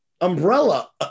umbrella